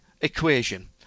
equation